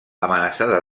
amenaçada